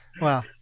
wow